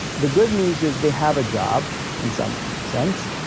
the good news is they have a job, in some sense.